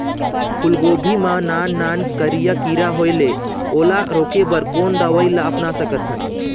फूलगोभी मा नान नान करिया किरा होयेल ओला रोके बर कोन दवई ला अपना सकथन?